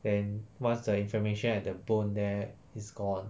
then once the inflammation at the bone there is gone